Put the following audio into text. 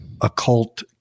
occult